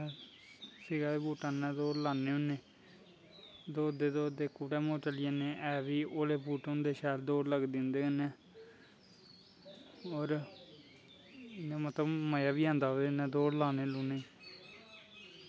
सवेरै बूटैं नै दौड़ लान्ने होनें दौड़दे दौड़दे कुतै चली जन्नै है बी होले बूट होदे शैल दौड़लगदा उंदै कन्नै और मज़ा बी औंदै दौड़ लानोें गी